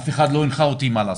אף אחד לא הנחה אותי מה לעשות.